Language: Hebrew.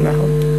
נכון.